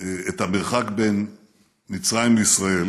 את המרחק בין מצרים לישראל,